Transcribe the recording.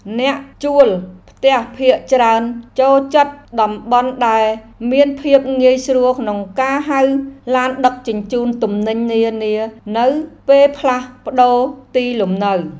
អ្នកជួលផ្ទះភាគច្រើនចូលចិត្តតំបន់ដែលមានភាពងាយស្រួលក្នុងការហៅឡានដឹកជញ្ជូនទំនិញនានានៅពេលផ្លាស់ប្តូរទីលំនៅ។